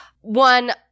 One